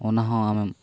ᱚᱱᱟᱦᱚᱸ ᱟᱢᱮᱢ